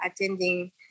attending